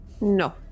No